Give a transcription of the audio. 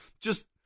Just-